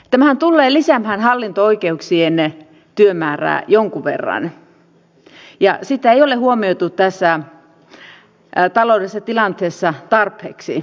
tämähän tulee lisäämään hallinto oikeuksien työmäärää jonkun verran ja sitä ei ole huomioitu tässä taloudellisessa tilanteessa tarpeeksi